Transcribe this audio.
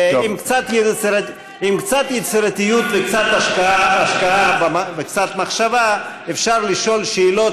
עם קצת יצירתיות וקצת השקעה וקצת מחשבה אפשר לשאול שאלות